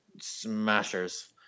smashers